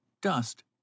dust